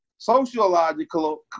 Sociological